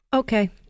Okay